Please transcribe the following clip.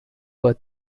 were